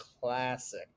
classic